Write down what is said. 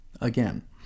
Again